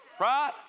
Right